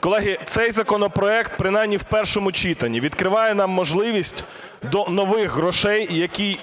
Колеги, цей законопроект, принаймні в першому читанні, відкриває нам можливість до нових грошей, яких